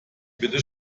bitte